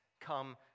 come